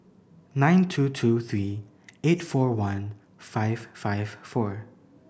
nine two two three eight four one five five four